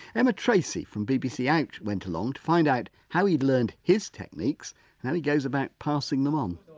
emma tracey from bbc ouch! went along to find out how he'd learned his techniques and how he goes about passing them um